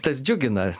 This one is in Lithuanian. tas džiugina